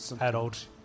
adult